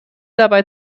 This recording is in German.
dabei